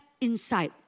inside